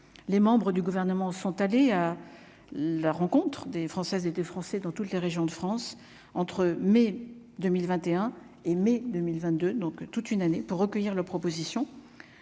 les membres du gouvernement sont allés à la rencontre des Françaises et des Français, dans toutes les régions de France, entre mai 2021 et mai 2022 donc toute une année pour recueillir leurs propositions,